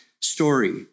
story